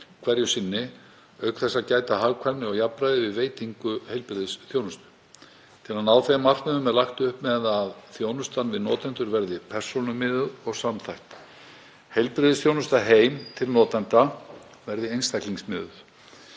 hverju sinni, auk þess að gæta að hagkvæmni og jafnræði við veitingu heilbrigðisþjónustu. Til að ná þeim markmiðum er lagt upp með að þjónustan við notendur verði persónumiðuð og samþætt. Heilbrigðisþjónusta heim til notenda verði einstaklingsmiðuð,